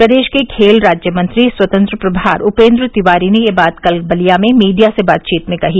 प्रदेश के खेल राज्य मंत्री स्वतंत्र प्रभार उपेन्द्र तिवारी ने यह बात कल बलिया में मीडिया से बातचीत में कही